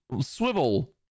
swivel